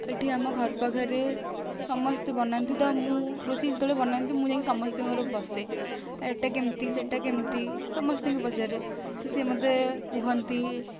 ଏଠି ଆମ ଘର ପାଖରେ ସମସ୍ତେ ବନାନ୍ତି ତ ମୁଁ ରୋଷେଇ ଯେତେବେଳେ ବନାନ୍ତି ତ ମୁଁ ଯାଇ ସମସ୍ତଙ୍କ ଘରେ ବସେ ଏଇଟା କେମିତି ସେଇଟା କେମିତି ସମସ୍ତିଙ୍କି ପଚାରେ ତ ସିଏ ମୋତେ କୁହନ୍ତି